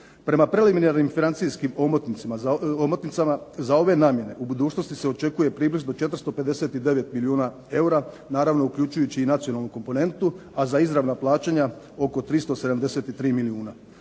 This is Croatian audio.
Prema preliminarnim financijskim omotnicama za ove namjene u budućnosti se očekuje približno 459 milijuna eura, naravno uključujući i nacionalnu komponentu, a za izravna plaćanja oko 373 milijuna.